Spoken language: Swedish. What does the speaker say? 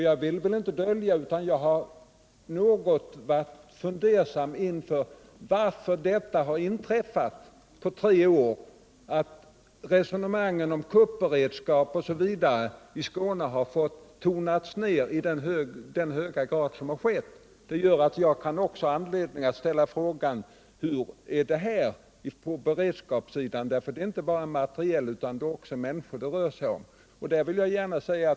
Jag är litet fundersam över varför detta har inträffat på tre år, att resonemangen om kuppberedskap osv. i Skåne har fått tonas ned i så hög grad som har skett. Det gör att jag också har anledning att ställa frågan: Hur är det i Skåne på beredskapssidan? Det rör sig inte bara om det materiella utan också om människor.